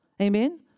Amen